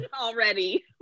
already